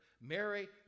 Mary